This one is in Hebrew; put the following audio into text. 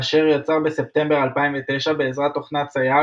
אשר יצר בספטמבר 2009 בעזרת תוכנת צייר